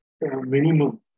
minimum